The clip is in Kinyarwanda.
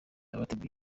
abategura